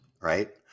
right